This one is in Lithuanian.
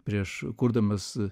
prieš kurdamas